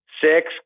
Six